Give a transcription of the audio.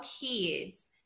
kids